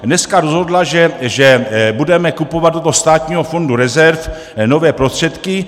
Dneska rozhodla, že budeme kupovat do státního fondu rezerv nové prostředky.